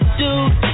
dude